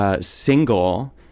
single